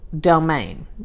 domain